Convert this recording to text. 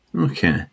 okay